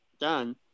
done